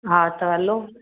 हा त हलो